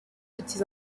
petits